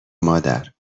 مادر